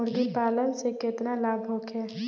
मुर्गीपालन से केतना लाभ होखे?